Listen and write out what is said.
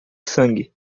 sangue